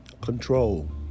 control